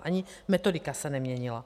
Ani metodika se neměnila.